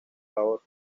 labor